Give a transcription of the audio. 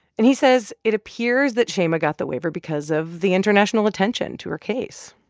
and he says it appears that shaima got the waiver because of the international attention to her case,